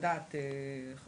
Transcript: יש